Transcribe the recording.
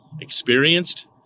experienced